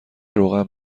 روغن